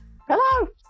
Hello